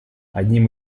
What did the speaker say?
одним